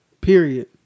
period